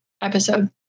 episode